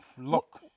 look